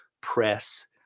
press